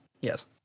Yes